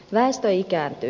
väestö ikääntyy